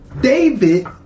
David